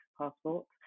passports